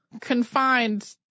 confined